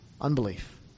unbelief